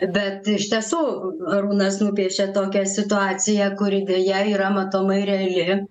bet iš tiesų arūnas nupiešė tokią situaciją kuri deja yra matomai reali